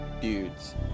dudes